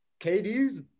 KD's